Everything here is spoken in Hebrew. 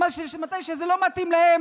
ומתי שזה לא מתאים להם,